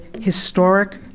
historic